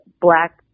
black